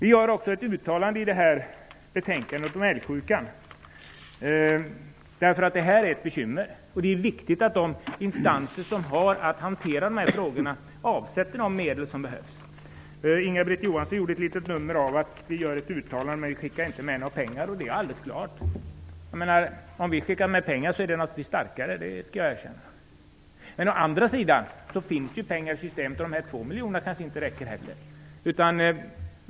I betänkandet gör utskottet ett uttalande om älgsjukan. Den är ett bekymmer, och det är viktigt att de instanser som har att hantera frågan avsätter de medel som behövs. Inga-Britt Johansson gjorde ett litet nummer av att vi gör ett uttalande men inte skickar med några pengar. Om vi skickar med pengar är det naturligtvis starkare, det skall jag erkänna. Men å andra sidan finns det pengar i systemet, och de 2 miljoner som Socialdemokraterna föreslår kanske inte räcker heller.